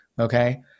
Okay